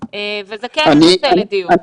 וזה כן נושא לדיון.